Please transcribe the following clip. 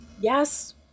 Yes